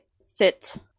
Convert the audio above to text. sit